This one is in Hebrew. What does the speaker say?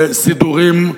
לסידורים,